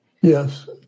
Yes